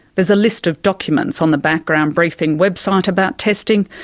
there's a list of documents on the background briefing website about testing,